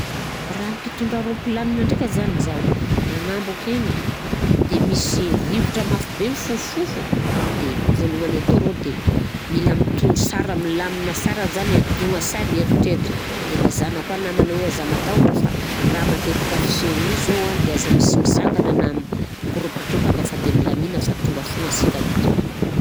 Raha mpitondra rôplanina ndraika zany zaho, agnambo akegny de misy rivotra mifofofofo de vôlohany atao rô de mila mitondry sara, milamina sara, atogna sara eritreritra de ilazana koà ny namana hoe aza matahotra fa raha matetika fiseho mi zao an de aza misy misangana na mikoropadropaka fa de milamina fa tonga foana sika avekeo.